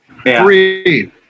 Three